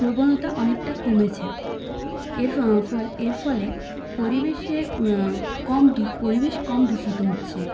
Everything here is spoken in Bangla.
প্রবণতা অনেকটা কমেছে এর এর ফলে পরিবেশের কম পরিবেশ কম দূষিত হচ্ছে